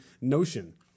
notion